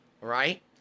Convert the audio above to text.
Right